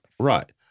Right